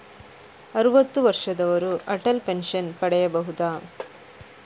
ಅರುವತ್ತು ವರ್ಷದವರು ಅಟಲ್ ಪೆನ್ಷನ್ ಪಡೆಯಬಹುದ?